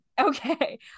Okay